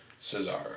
Cesaro